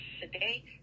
today